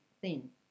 thin